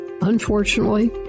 Unfortunately